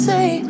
Say